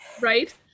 Right